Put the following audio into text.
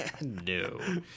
No